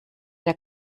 der